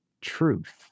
truth